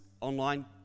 online